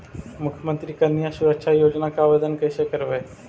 मुख्यमंत्री कन्या सुरक्षा योजना के आवेदन कैसे करबइ?